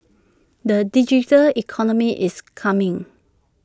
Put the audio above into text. the digital economy is coming